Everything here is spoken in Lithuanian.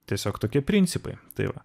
tiesiog tokie principai tai va